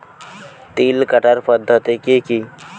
তিল কাটার পদ্ধতি কি কি?